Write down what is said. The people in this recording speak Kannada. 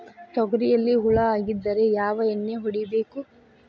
ತೊಗರಿಯಲ್ಲಿ ಹುಳ ಆಗಿದ್ದರೆ ಯಾವ ಎಣ್ಣೆ ಹೊಡಿಬೇಕು?